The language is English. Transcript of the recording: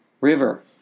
river